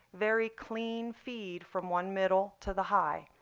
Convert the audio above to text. very clean feed from one middle to the high.